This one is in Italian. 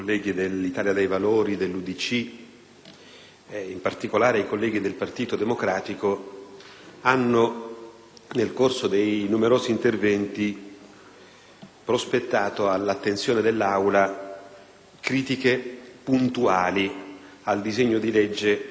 in particolare, i colleghi del Partito Democratico) nel corso dei numerosi interventi hanno prospettato all'attenzione dell'Aula critiche puntuali al disegno di legge che stiamo esaminando.